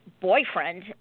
boyfriend